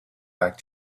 back